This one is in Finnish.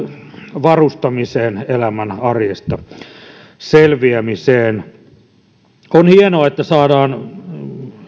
varustamiseen elämän arjesta selviämiseen on hienoa että saadaan